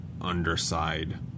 underside